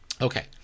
Okay